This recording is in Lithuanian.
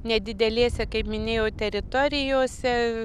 nedidelėse kaip minėjau teritorijose